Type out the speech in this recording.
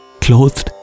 clothed